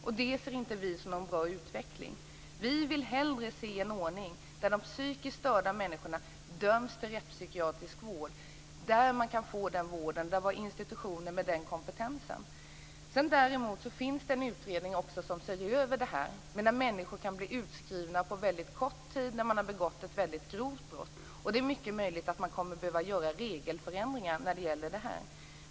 Det ser inte vi som någon bra utveckling. Vi vill hellre se en ordning där de psykiskt störda människorna döms till rättspsykiatrisk vård, så att de kan få vård på institutioner med den kompetensen. Det finns en utredning som ser över detta. Människor blir utskrivna efter mycket kort tid när de har begått ett väldigt grovt brott. Det är mycket möjligt att man kommer att behöva göra regelförändringar när det gäller detta.